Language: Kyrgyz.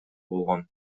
болгон